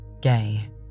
gay